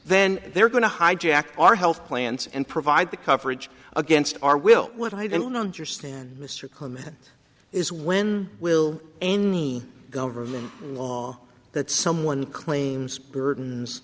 then they're going to hijack our health plans and provide the coverage against our will what i don't understand mr comment is when will any government law that someone claims burdens